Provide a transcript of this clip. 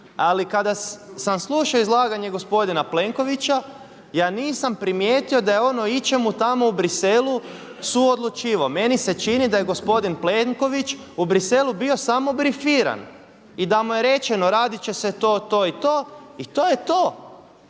Ali kada sam slušao izlaganje gospodina Plenkovića, ja nisam primijetio da je on o ičemu tamo u Bruxellesu suodlučivao. Meni se čini da je gospodin Plenković u Bruxellesu bio samo brifiran i da mu je rečeno radit će se to, to i to i to je to.